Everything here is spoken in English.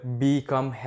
become